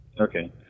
Okay